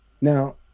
Now